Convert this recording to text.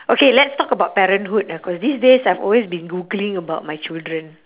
okay let's talk about parenthood ah cause these days I've always been googling about my children